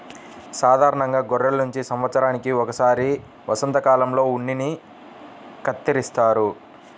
సాధారణంగా గొర్రెల నుంచి సంవత్సరానికి ఒకసారి వసంతకాలంలో ఉన్నిని కత్తిరిస్తారు